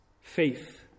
Faith